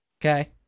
Okay